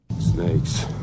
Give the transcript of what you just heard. Snakes